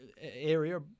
area